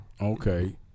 Okay